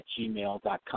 gmail.com